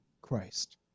Christ